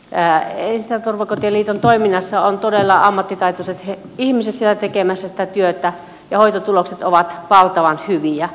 ensi ja turvakotien liiton toiminnassa on todella ammattitaitoiset ihmiset tekemässä sitä työtä ja hoitotulokset ovat valtavan hyviä